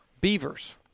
beavers